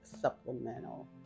supplemental